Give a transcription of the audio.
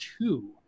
two